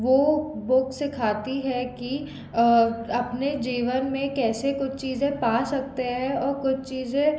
वो बुक सिखाती है कि अपने जीवन में कैसे कुछ चीज़ें पा सकते हैं और कुछ चीज़ें